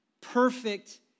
perfect